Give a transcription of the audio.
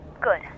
Good